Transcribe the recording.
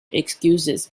excuses